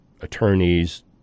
attorneys